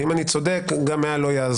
ואם אני צודק גם מאה לא יעזרו.